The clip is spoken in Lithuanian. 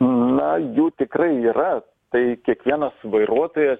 na jų tikrai yra tai kiekvienas vairuotojas